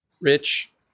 rich